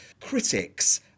critics